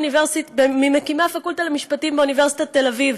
ממקימי הפקולטה למשפטים באוניברסיטת תל אביב,